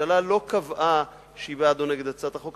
הממשלה לא קבעה שהיא בעד או נגד הצעת החוק,